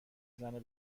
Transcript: زنه